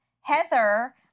Heather